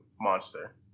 monster